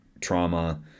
trauma